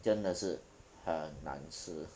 真的是很难吃